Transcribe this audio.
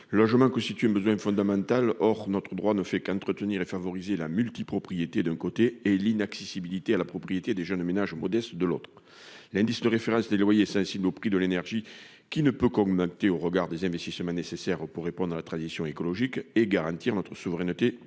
Le logement constitue un besoin fondamental. Or notre droit ne fait qu'entretenir et favoriser la multipropriété, d'un côté, et l'inaccessibilité à la propriété des jeunes ménages modestes, de l'autre. L'indice de référence des loyers est sensible au prix de l'énergie, qui ne peut qu'augmenter au regard des investissements nécessaires pour répondre à la transition écologique et pour garantir notre souveraineté